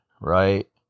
right